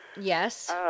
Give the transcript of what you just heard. Yes